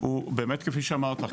הוא באמת כפי שאמרת,